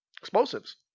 Explosives